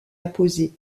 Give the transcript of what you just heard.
apposée